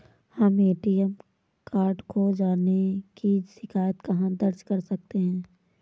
हम ATM card खो जाने की शिकायत कहाँ दर्ज कर सकते हैं?